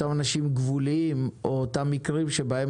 אותם אנשים גבוליים או אותם מקרים שבהם